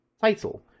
Title